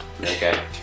Okay